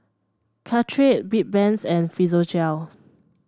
Caltrate Bedpans and Physiogel